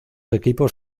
equipos